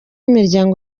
imiryango